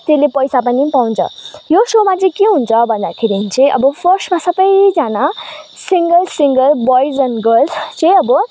त्यसले पैसा पनि पाउँछ यो सोमा चाहिँ के हुन्छ भन्दाखेरि चाहिँ अब फर्स्टमा सबैजना single single boys and girls चाहिँ अब